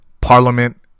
Parliament